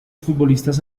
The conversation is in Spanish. futbolistas